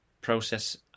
process